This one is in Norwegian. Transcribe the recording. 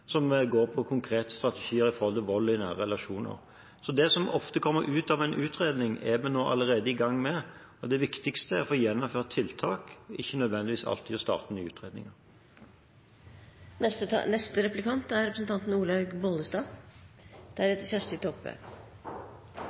som handler om konkrete strategier når det gjelder vold i nære relasjoner. Så det som ofte kommer ut av en utredning, er vi allerede i gang med. Det viktigste er å få gjennomført tiltak – ikke nødvendigvis alltid å starte nye